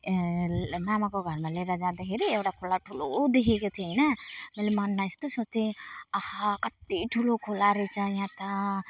मामाको घरमा लिएर जाँदाखेरि एउटा खोला ठुलो देखेको थिएँ होइन मैले मनमा यस्तो सोच्थेँ आहा कति ठुलो खोला रहेछ यहाँ त